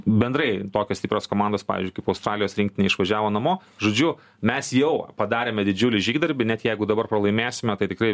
bendrai tokios stiprios komandos pavyzdžiui kaip australijos rinktinė išvažiavo namo žodžiu mes jau padarėme didžiulį žygdarbį net jeigu dabar pralaimėsime tai tikrai